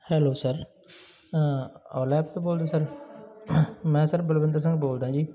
hello sir Ola app ਤੋਂ ਬੋਲਦੇ sir ਮੈਂ ਸਰ ਬਲਵਿੰਦਰ ਸਿੰਘ ਬੋਲਦਾ ਜੀ